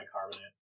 carbonate